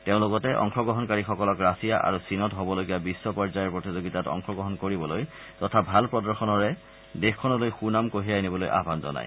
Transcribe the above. তেওঁ লগতে অংশগ্ৰহণকাৰীসকলক ৰাছিয়া আৰু চীনত হ'বলগীয়া বিশ্ব পৰ্যায়ৰ প্ৰতিযোগিতাত অংশগ্ৰহণ কৰিবলৈ তথা ভাল প্ৰদৰ্শনেৰে দেশলৈ সুনাম কঢ়িয়াই আনিবলৈ আহান জনায়